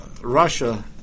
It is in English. Russia